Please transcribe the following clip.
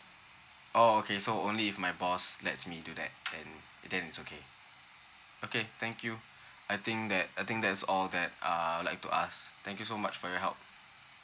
orh okay so only if my boss lets me do that then then it's okay okay thank you I think that I think that's all that err I'd like to ask thank you so much for your help